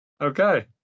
Okay